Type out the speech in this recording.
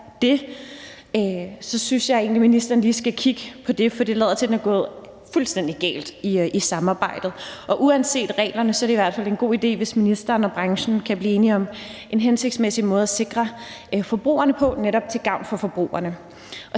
så synes jeg egentlig, at ministeren lige skal kigge på det, for det lader til, at det er gået fuldstændig galt i samarbejdet. Uanset reglerne er det i hvert fald en god idé, hvis ministeren og branchen kan blive enige om en hensigtsmæssig måde at sikre forbrugerne på, netop til gavn for forbrugerne.